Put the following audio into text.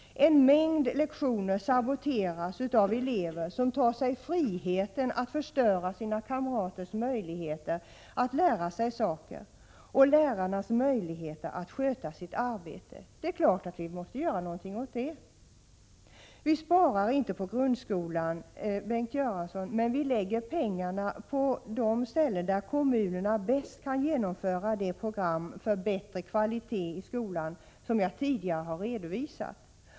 En mängd lektioner saboteras av elever som tar sig friheten att förstöra sina kamraters möjligheter att lära sig något och lärarnas möjligheter att sköta sitt arbete. Vi måste naturligtvis göra något åt detta. Vi sparar inte på grundskolan, Bengt Göransson. Men vi lägger pengarna på de ställen där kommunerna bäst kan genomföra de program för bättre kvalitet i skolan som jag tidigare har redovisat.